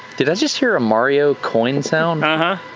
did i just hear a mario coin sound? uh-huh,